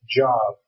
job